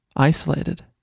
isolated